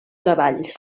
cavalls